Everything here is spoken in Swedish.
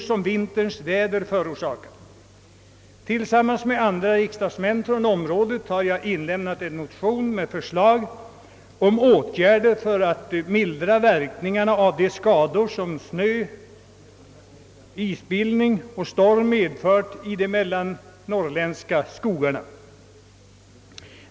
som :' vinterns väder förorsakat. Tillsammans. med några andra riksdagsmän från trakten har jag väckt en motion med förslag om åtgärder för att mildra: verkningarna av de skador som snöj:isbildning och storm medfört i de mellannorrländska skogarna.